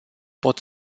pot